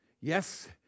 yes